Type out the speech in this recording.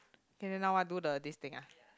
K then now what do the this thing ah